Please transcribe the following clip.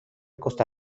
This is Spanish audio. costa